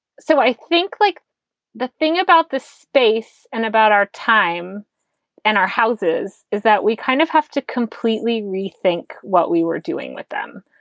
so i think like the thing about the space and about our time and our houses is that we kind of have to completely rethink what we were doing with them.